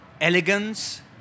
elegance